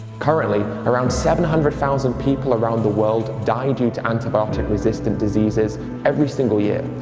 currently around seven hundred thousand people around the world die due to antibiotic resistant diseases every single year,